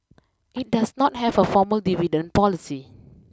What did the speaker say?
it does not have a formal dividend policy